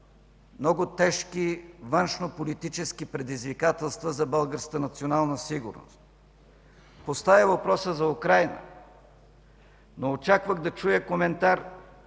много тежки външнополитически предизвикателства за българската национална сигурност, постави въпроса за Украйна. Но очаквах да чуя коментар